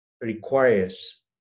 requires